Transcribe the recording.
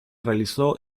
realizó